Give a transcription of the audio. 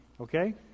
okay